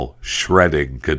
shredding